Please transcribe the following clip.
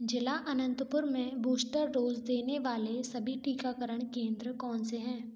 जिला अनंतपुर में booster dose देने वाले सभी टीकाकरण केंद्र कौन से हैं